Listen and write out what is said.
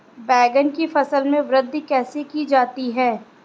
बैंगन की फसल में वृद्धि कैसे की जाती है?